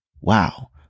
Wow